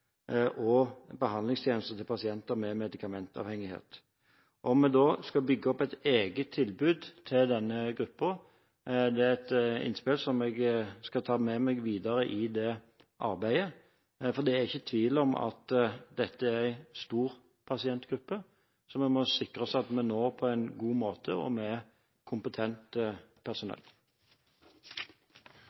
og behandlingstjenester til pasienter med medikamentavhengighet. Om vi da skal bygge opp et eget tilbud til denne gruppen, er et innspill som jeg skal ta med meg videre i det arbeidet, for det er ikke tvil om at dette er en stor pasientgruppe som vi må sikre at vi når på en god måte og med kompetent personell.